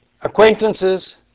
acquaintances